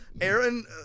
Aaron